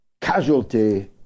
casualty